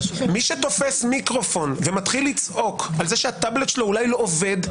מי שתופס מיקרופון ומתחיל לצעוק על זה שהטבלט שלו אולי לא עובד,